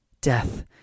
death